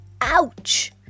Ouch